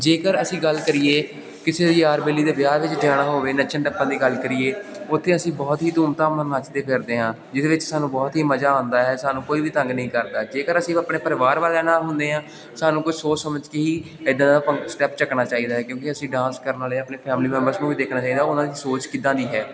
ਜੇਕਰ ਅਸੀਂ ਗੱਲ ਕਰੀਏ ਕਿਸੇ ਯਾਰ ਬੇਲੀ ਦੇ ਵਿਆਹ ਵਿੱਚ ਜਾਣਾ ਹੋਵੇ ਨੱਚਣ ਟੱਪਣ ਦੀ ਗੱਲ ਕਰੀਏ ਉੱਥੇ ਅਸੀਂ ਬਹੁਤ ਹੀ ਧੂਮ ਧਾਮ ਨਾਲ ਨੱਚਦੇ ਫਿਰਦੇ ਹਾਂ ਜਿਸ ਵਿੱਚ ਸਾਨੂੰ ਬਹੁਤ ਹੀ ਮਜ਼ਾ ਆਉਂਦਾ ਹੈ ਸਾਨੂੰ ਕੋਈ ਵੀ ਤੰਗ ਨਹੀਂ ਕਰਦਾ ਜੇਕਰ ਅਸੀਂ ਉਹ ਆਪਣੇ ਪਰਿਵਾਰ ਵਾਲਿਆਂ ਨਾਲ ਹੁੰਦੇ ਹਾਂ ਸਾਨੂੰ ਕੁਛ ਸੋਚ ਸਮਝ ਕੇ ਹੀ ਇੱਦਾਂ ਦਾ ਭੰਗ ਸਟੈਪ ਚੱਕਣਾ ਚਾਹੀਦਾ ਹੈ ਕਿਉਂਕਿ ਅਸੀਂ ਡਾਂਸ ਕਰਨ ਵਾਲੇ ਆਪਣੇ ਫੈਮਲੀ ਮੈਂਬਰਸ ਨੂੰ ਵੀ ਦੇਖਣਾ ਚਾਹੀਦਾ ਉਹਨਾਂ ਦੀ ਸੋਚ ਕਿੱਦਾਂ ਦੀ ਹੈ